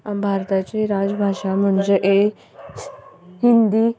भारताची राजभाशा म्हणजे हिंदी